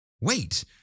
Wait